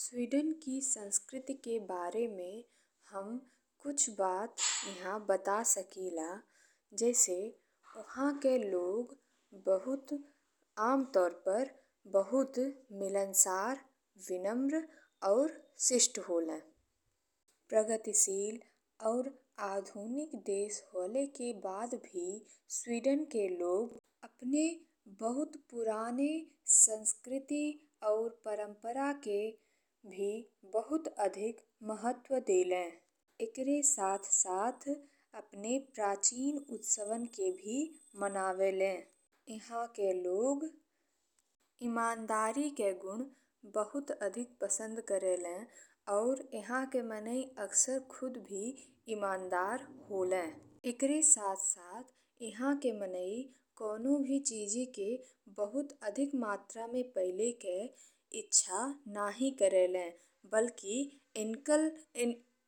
Sweden की संस्कृति के बारे में हम कुछ बात इहाँ बता सकिला। जैसे उहा के लोग बहुत अमतौर पर बहुत मिलनसार विनम्र और शिष्ट होले। प्रगतिशील और आधुनिक देश होले के बाद भी स्वीडन के लोग अपने बहुत पुराने संस्कृति और परंपरा के भी बहुत अधिक महत्व देले। एकरे साथ-साथ अपने प्राचीन उत्सवों के भी मनावेलें। इहाँ के लोग इमानदारी के गुण बहुत अधिक पसंद करेलें और इहाँ के माने अक्सर खुद भी इमानदार होले। ईकरे साथ-साथ इहाँ के मनई कवनो भी चीज़ी के बहुत अधिक मात्रा में पाइल के इच्छा नहीं करेलें बलकि